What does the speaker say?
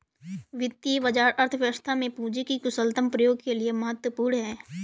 वित्तीय बाजार अर्थव्यवस्था में पूंजी के कुशलतम प्रयोग के लिए महत्वपूर्ण है